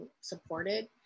supported